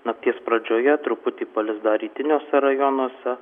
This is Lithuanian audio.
nakties pradžioje truputį palis dar rytiniuose rajonuose